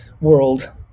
world